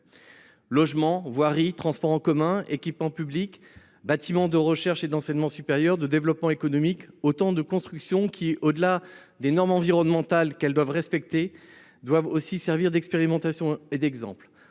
Logements, voirie, transports en commun, équipements publics, bâtiments de recherche et d’enseignement supérieur et de développement économique sont autant de constructions qui, au delà des normes environnementales qu’elles doivent respecter, doivent aussi servir d’expérimentations et d’exemples.